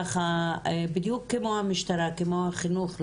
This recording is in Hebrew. בדיוק כמו המשטרה וכמו החינוך,